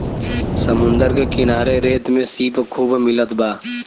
समुंदर के किनारे रेत में सीप खूब मिलत बा